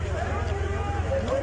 הפגנות